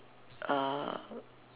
err